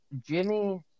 Jimmy